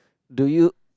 do you